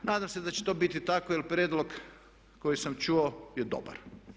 Nadam se da će to biti tako, jer prijedlog koji sam čuo je dobar.